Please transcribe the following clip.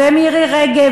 מירי רגב,